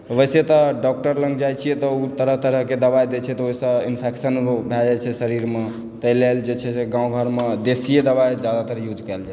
वैसे तऽ डॉक्टर लग जाइ छियै तऽ ओ तरह तरहकेँ दबाइ दए छै तऽ ओहिसे इन्फेक्शन भए जाइ छै शरीरमऽ ताहि लेल जे छै गाँव घरमऽ देशिये दबाइ जादातर यूज कयल जाइ छै